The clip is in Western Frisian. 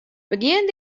begjin